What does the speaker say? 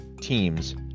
teams